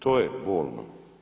To je bolno.